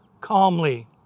calmly